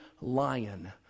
lion